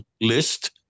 list